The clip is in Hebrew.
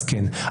אז כן.